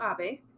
Abe